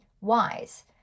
wise